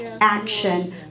action